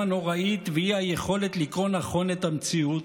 הנוראית ואי-היכולת לקרוא נכון את המציאות?